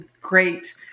great